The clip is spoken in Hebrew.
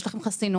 יש לכם חסינות,